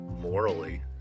morally